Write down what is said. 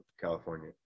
California